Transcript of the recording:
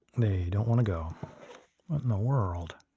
they don't want to go. what in the world?